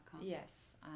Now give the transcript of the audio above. Yes